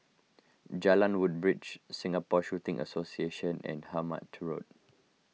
Jalan Woodbridge Singapore Shooting Association and Hemmant Road